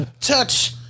touch